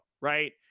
right